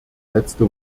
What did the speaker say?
letzte